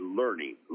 learning